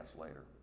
later